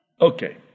Okay